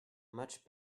much